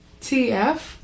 TF